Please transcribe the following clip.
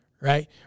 right